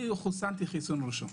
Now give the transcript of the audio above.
חוסנתי חיסון ראשון.